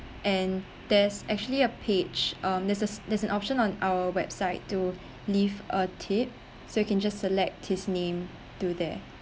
and there's actually a page um there's a there's an option on our website to leave a tip so you can just select his name through there